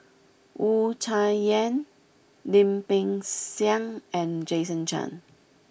Wu Tsai Yen Lim Peng Siang and Jason Chan